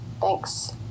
Thanks